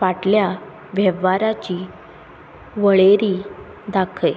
फाटल्या वेव्हाराची वळेरी दाखय